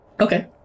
Okay